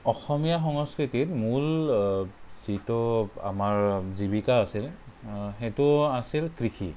অসমীয়া সংস্কৃতিত মূল যিটো আমাৰ জীৱিকা আছিল সেইটো আছিল কৃষি